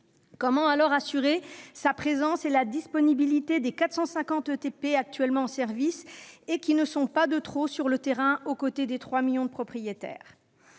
Comment, dès lors, assurer sa présence et la disponibilité des 451 équivalents temps plein actuellement en service, qui ne sont pas de trop sur le terrain, aux côtés des 3 millions de propriétaires ?